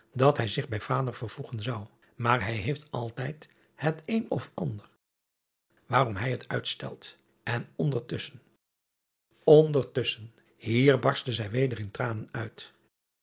dat hij zich bij vader vervoegen zou maar hij heeft altijd het een of ander waarom hij het uit driaan oosjes zn et leven van illegonda uisman stelt en ondertusschen ondertusschen hier barstte zij weder in tranen uit